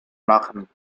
machen